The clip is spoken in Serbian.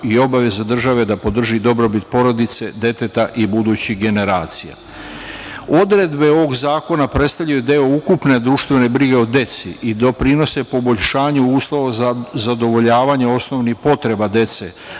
i obaveza država da podrži dobrobit porodice deteta i budućih generacija. Odredbe ovog zakona predstavljaju deo ukupne društvene brige o deci i doprinose poboljšanju uslova za zadovoljavanje osnovnih potreba dece,